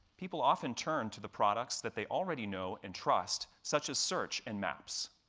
people often turn to the products that they already know and trust such as search and maps.